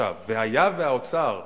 היה והאוצר,